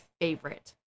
favorite